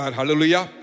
hallelujah